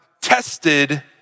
tested